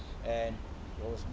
and it was